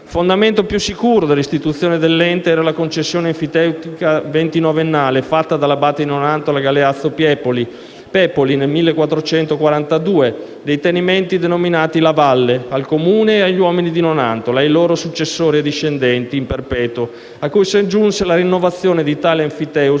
Fondamento più sicuro della istituzione dell'ente era la concessione enfiteutica ventinovennale, fatta dall'abate di Nonantola Galeazzo Pepoli nel 1442, dei tenimenti denominati la «Valle», al Comune e agli uomini di Nonantola e ai loro successori e discendenti, in perpetuo, a cui si aggiunse la rinnovazione di tale enfiteusi